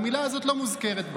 והמילה הזאת לא מוזכרת בה.